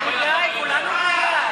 כולנו בעד.